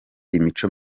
imico